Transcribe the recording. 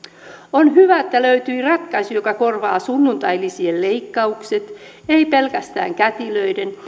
on hyvä että löytyi ratkaisu joka korvaa sunnuntailisien leikkaukset ei pelkästään kätilöiden